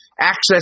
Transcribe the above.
access